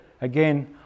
again